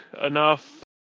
enough